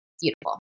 beautiful